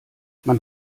man